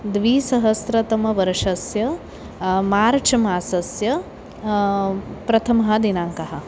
द्विसहस्रतमवर्षस्य मार्च् मासस्य प्रथमः दिनाङ्कः